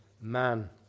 man